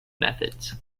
methods